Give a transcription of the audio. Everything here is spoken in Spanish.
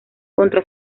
contra